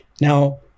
Now